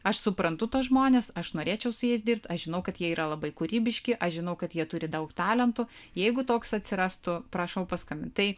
aš suprantu tuos žmones aš norėčiau su jais dirbti aš žinau kad jie yra labai kūrybiški aš žinau kad jie turi daug talentų jeigu toks atsirastų prašau paskambinti tai